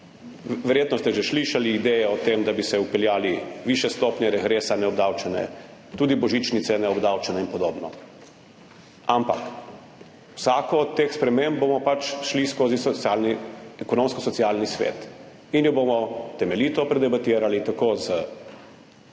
Verjetno ste že slišali ideje o tem, da bi se vpeljalo višje stopnje regresa, tudi neobdavčene božičnice in podobno. Ampak z vsako od teh sprememb bomo pač šli skozi Ekonomsko-socialni svet in jo bomo temeljito predebatirali tako z